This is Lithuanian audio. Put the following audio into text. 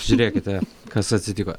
žiūrėkite kas atsitiko